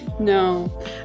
No